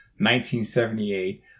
1978